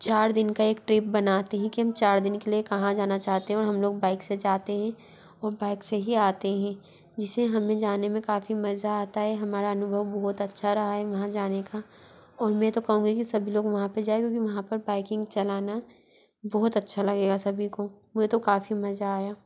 चार दिन का एक ट्रिप बनाते हें कि हम चार दिन के लिए कहाँ जाना चाहते हो और हम लोग बाइक से जाते हैं और बाइक से ही आते हैं जिसे हमें जाने में काफी मज़ा आता है हमारा अनुभव बहुत अच्छा रहा है वहाँ जाने का और मैं तो कहूँगी कि सभी लोग वहाँ पे जाएं क्योंकि वहाँ पर बाइकिंग चलाना बहुत अच्छा लगेगा सभी को मुझे तो काफ़ी मजा आया